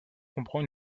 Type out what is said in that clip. comprend